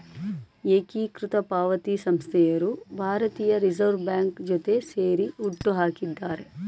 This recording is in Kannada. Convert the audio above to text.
ಏಕೀಕೃತ ಪಾವತಿ ಸಂಸ್ಥೆಯವರು ಭಾರತೀಯ ರಿವರ್ಸ್ ಬ್ಯಾಂಕ್ ಜೊತೆ ಸೇರಿ ಹುಟ್ಟುಹಾಕಿದ್ದಾರೆ